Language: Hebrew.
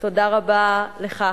תודה רבה לך,